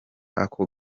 ako